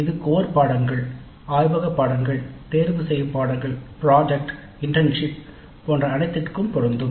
இது கோர் பாடநெறிகள் ஆய்வக பாடநெறிகள் தேர்ந்தெடுக்கப்பட்ட பாடநெறிகள் ப்ராஜெக்ட் இன்டர்ன்ஷிப் போன்ற அனைத்திற்கும் பொருந்தும்